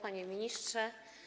Panie Ministrze!